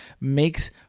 makes